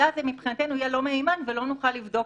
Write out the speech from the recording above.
והמידע מבחינתנו יהיה לא מהימן ולא נוכל לבדוק